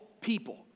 people